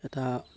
এটা